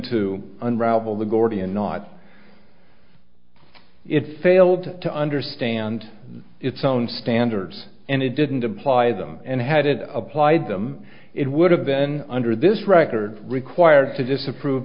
to unravel the gordian knot it failed to understand its own standards and it didn't apply them and had it applied them it would have then under this record required to disapprove